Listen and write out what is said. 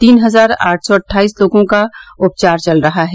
तीन हजार आठ सौ अट्ठाइस लोगों का उपचार चल रहा है